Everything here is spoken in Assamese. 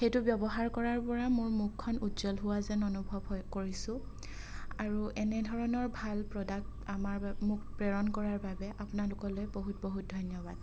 সেইটো ব্যৱহাৰ কৰাৰপৰা মোৰ মুখখন উজ্জ্বল হোৱা যেন অনুভৱ হয় কৰিছোঁ আৰু এনে ধৰণৰ ভাল প্ৰডাক্ট আমাৰ বা মোক প্ৰেৰণ কৰাৰ বাবে আপোনালোকলৈ বহুত বহুত ধন্যবাদ